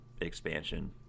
expansion